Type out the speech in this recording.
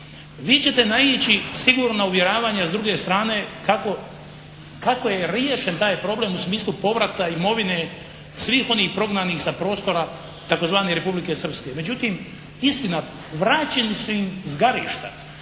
Vi ćete naići sigurno na uvjeravanja s druge strane kako je riješen taj problem u smislu povrata imovine svih onih prognanih sa prostora tzv. Republike Srpske. Međutim, istina vraćena su im zgarišta